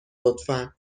لطفا